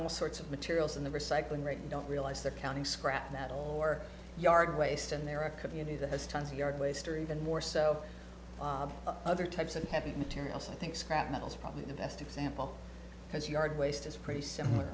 all sorts of materials in the recycling rate and don't realize they're counting scrap metal or yard waste and there are a community that has tons of yard waste or even more so other types of heavy material so i think scrap metal is probably the best example because yard waste is pretty similar